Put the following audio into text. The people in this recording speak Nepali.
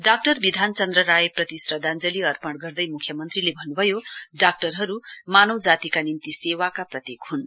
डाक्टर विधान चन्द्र राय प्रतिको श्रद्धाञ्जली अर्पण गर्दै मुख्यमन्त्रीले भन्न् भयो डाक्टरहरू मानवजातिका निम्ति सेवाका प्रतीक ह्न्